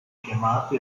chiamati